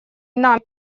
нами